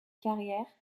carrière